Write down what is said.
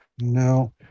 No